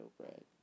bread